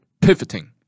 pivoting